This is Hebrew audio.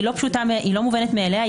היא לא מובנת מאליה.